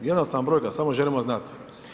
Jednostavna brojka, samo želimo znat.